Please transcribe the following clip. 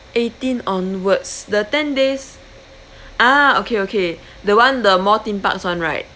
eighteen onwards the ten days ah okay okay the one the more theme parks [one] right